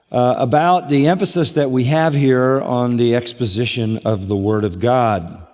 about the emphasis that we have here on the exposition of the word of god.